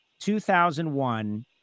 2001